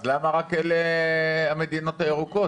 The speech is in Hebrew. אז למה רק למדינות הירוקות?